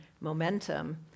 momentum